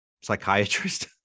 psychiatrist